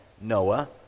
Noah